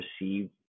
receive